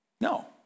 No